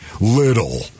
little